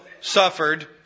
suffered